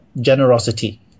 generosity